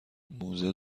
موزه